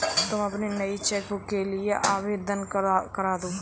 तुम अपनी नई चेक बुक के लिए आवेदन करदो